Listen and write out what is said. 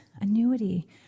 annuity